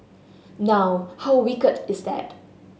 now how wicked is that